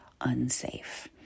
unsafe